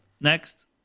Next